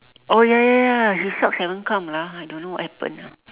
oh ya ya ya his socks haven't come lah I don't know what happened lah